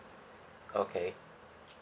okay